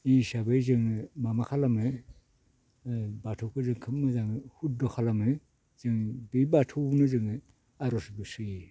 E हिसाबै जोङो माबा खालामो ओ बाथौखो जों खुब मोजाङै हुदध' खालामो जों बे बाथौआवनो जोङो आर'जखौ सोयो